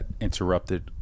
interrupted